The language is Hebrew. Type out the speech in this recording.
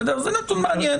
זה נתון מעניין.